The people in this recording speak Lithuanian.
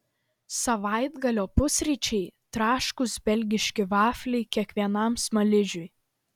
savaitgalio pusryčiai traškūs belgiški vafliai kiekvienam smaližiui